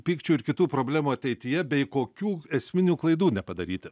pykčių ir kitų problemų ateityje bei kokių esminių klaidų nepadaryti